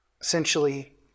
Essentially